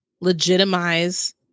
legitimize